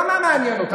למה מעניין אותה,